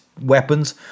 Weapons